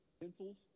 pencils